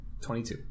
22